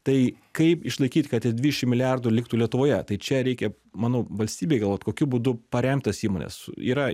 tai kaip išlaikyt kad tie dvidešimt milijardų liktų lietuvoje tai čia reikia manau valstybei galvot kokiu būdu paremt tas įmones yra